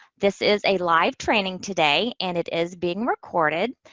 this is a live training today, and it is being recorded.